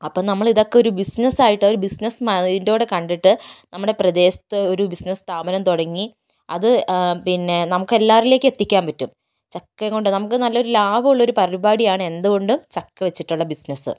അപ്പോൾ നമ്മൾ ഇതൊക്കെ ഒരു ബിസിനസ്സ് ആയിട്ട് ഒരു ബിസിനസ്സ് മൈന്റോടെ കണ്ടിട്ട് നമ്മുടെ പ്രദേശത്ത് ഒരു ബിസിനസ്സ് സ്ഥാപനം തുടങ്ങി അത് പിന്നെ നമുക്ക് എല്ലാവരിലേയ്ക്കും എത്തിക്കാൻ പറ്റും ചക്കയും കൊണ്ട് നമുക്ക് നല്ലൊരു ലാഭം ഉള്ള പരിപാടിയാണ് എന്തുകൊണ്ടും ചക്ക വെച്ചിട്ടുള്ള ബിസിനസ്സ്